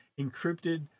encrypted